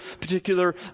particular